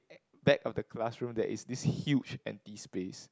eh back of the classroom there is this huge empty space